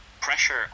pressure